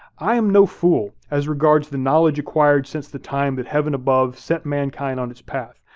i am no fool, as regards the knowledge acquired since the time that heaven above sent mankind on its path.